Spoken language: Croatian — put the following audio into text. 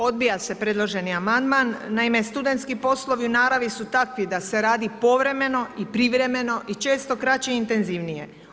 Odbija se predloženi amandman, naime studentski poslovi u naravi su takvi da se radi povremeno i privremeno i često kraće i intenzivnije.